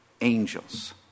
angels